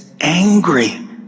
angry